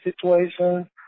situation